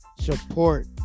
support